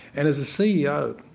and as a ceo,